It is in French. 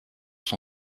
son